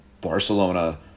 Barcelona